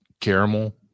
caramel